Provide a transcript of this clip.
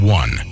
one